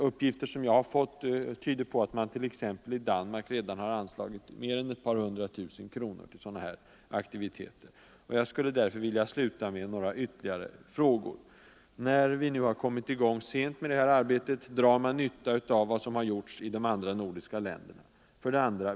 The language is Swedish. Uppgifter som jag har fått tyder på att man t.ex. i Danmark har anslagit minst ett par hundra tusen kronor till sådana här aktiviteter. Jag skulle därför vilja sluta med några ytterligare frågor: 1. När vi nu har kommit i gång sent med det här arbetet, drar man då nytta av vad som har gjorts i de andra nordiska länderna? 2.